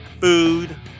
food